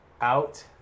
out